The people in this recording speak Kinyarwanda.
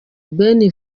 ben